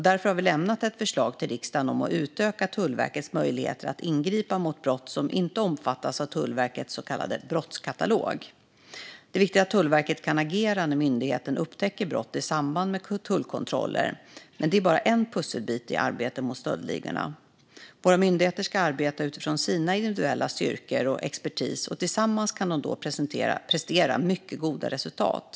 Därför har vi lämnat ett förslag till riksdagen om att utöka Tullverkets möjligheter att ingripa mot brott som inte omfattas av Tullverkets så kallade brottskatalog. Det är viktigt att Tullverket kan agera när myndigheten upptäcker brott i samband med tullkontroller, men det är bara en pusselbit i arbetet mot stöldligorna. Våra myndigheter ska arbeta utifrån sina individuella styrkor och sin expertis, och tillsammans kan de då prestera mycket goda resultat.